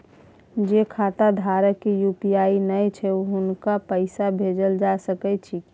जे खाता धारक के यु.पी.आई नय छैन हुनको पैसा भेजल जा सकै छी कि?